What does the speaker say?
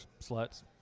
sluts